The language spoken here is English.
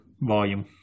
volume